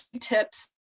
tips